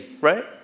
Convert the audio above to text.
right